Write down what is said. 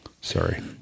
Sorry